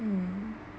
mm